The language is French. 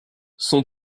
son